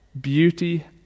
beauty